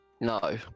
No